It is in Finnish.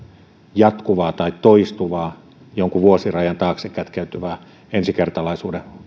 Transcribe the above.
jatkuvaa tai toistuvaa jonkun vuosirajan taakse kätkeytyvää ensikertalaisuuden